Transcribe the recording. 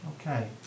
okay